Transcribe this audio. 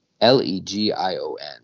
L-E-G-I-O-N